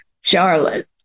charlotte